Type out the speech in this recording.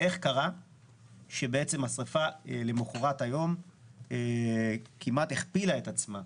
איך קרה שהשריפה למחרת היום כמעט הכפילה את עצמה?